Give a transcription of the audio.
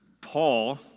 Paul